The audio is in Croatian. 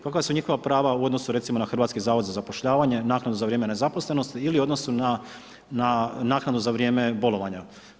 Kakva su njihova prava u odnosu recimo na Hrvatski zavod za zapošljavanje, naknadu za vrijeme nezaposlenosti i u odnosu na naknadu za vrijeme bolovanja.